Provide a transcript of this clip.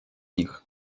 них